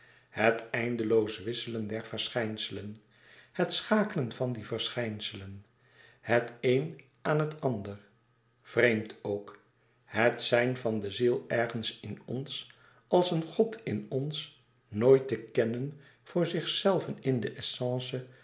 het eindeloos wisselen der verschijnselen het schakelen van die verschijnselen het een aan het ander vreemd ook het zijn van de ziel ergens in ons als een god in ons nooit te kennen voor zichzelven in de essence